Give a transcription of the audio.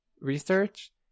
research